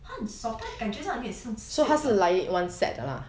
他很 soft 感觉上有一点像 silk lah